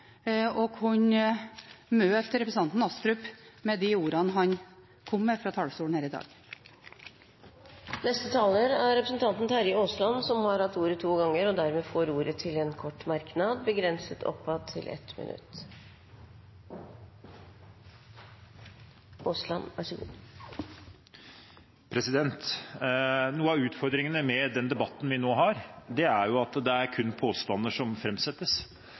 kunne møte representanten Astrup med de ordene han kom med fra talerstolen her i dag. Representanten Terje Aasland har hatt ordet to ganger og får ordet til en kort merknad, begrenset til 1 minutt. Noe av utfordringen med den debatten vi nå har, er at det er kun påstander som